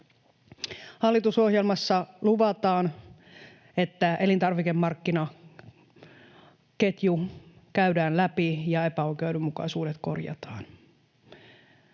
Hallitusohjelmassa luvataan, että elintarvikemarkkinaketju käydään läpi ja epäoikeudenmukaisuudet korjataan.